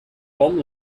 bomb